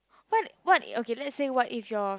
what what okay let's say what if your